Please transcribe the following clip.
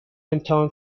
امتحان